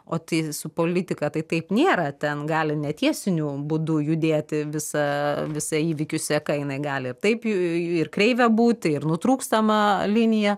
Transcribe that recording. o tai su politika tai taip nėra ten gali netiesiniu būdu judėti visa visa įvykių seka jinai gali taip jų ir kreivė būt ir nutrūkstama linija